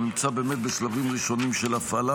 הוא נמצא באמת בשלבים ראשונים של הפעלה,